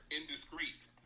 indiscreet